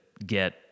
Get